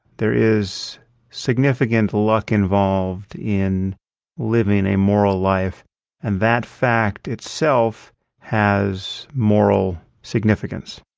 there is significant luck involved in living a moral life and that fact itself has moral significance.